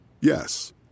Yes